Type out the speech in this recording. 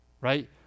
right